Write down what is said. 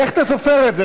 איך אתה סופר את זה?